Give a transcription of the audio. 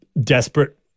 desperate